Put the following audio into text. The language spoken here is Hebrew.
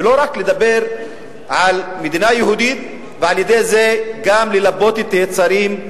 ולא רק לדבר על מדינה יהודית ועל-ידי זה גם ללבות את היצרים,